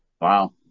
Wow